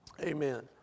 Amen